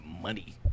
money